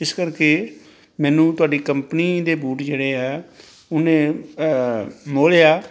ਇਸ ਕਰਕੇ ਮੈਨੂੰ ਤੁਹਾਡੀ ਕੰਪਨੀ ਦੇ ਬੂਟ ਜਿਹੜੇ ਆ ਉਹਨੇ ਮੋਹ ਲਿਆ